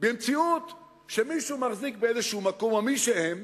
במציאות שמישהו מחזיק באיזשהו מקום, או מי שהם,